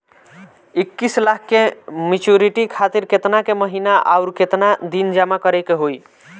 इक्कीस लाख के मचुरिती खातिर केतना के महीना आउरकेतना दिन जमा करे के होई?